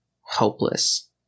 hopeless